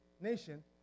nation